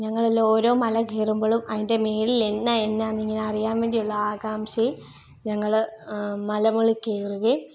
ഞങ്ങളെല്ലാം ഓരോ മലകയറുമ്പോഴും അതിൻ്റെ മേളിൽ എന്നാണ് എന്നാണ് എന്നിങ്ങനെ അറിയാൻ വേണ്ടിയുള്ള ആകാംക്ഷയിൽ ഞങ്ങൾ മലമുകളിൽ കയറുകയും